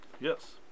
yes